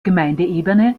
gemeindeebene